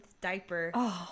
diaper